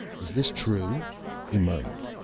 is this true he murmured.